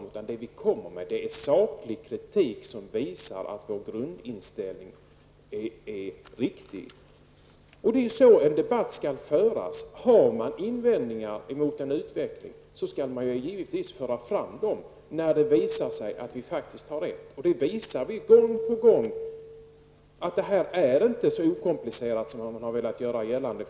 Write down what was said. Vad vi framför är saklig kritik som visar att vår grundinställning är riktig. Det är ju så en debatt skall föras. Om man har invändningar mot en utveckling, skall man givetvis föra fram dem när det visar sig att invändningarna faktiskt är riktiga. Gång på gång har vi ju försökt att påvisa att det här inte är så okomplicerat som man från början har velat göra gällande.